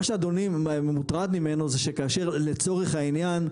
מה שאדוני מוטרד ממנו זה שכאשר לצורך העניין,